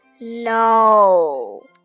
No